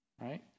right